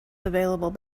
available